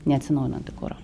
neatsinaujinantį kurą